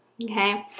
Okay